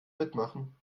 mitmachen